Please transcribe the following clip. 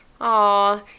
Aw